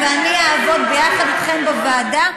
ואני אעבוד ביחד איתכם בוועדה,